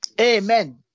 Amen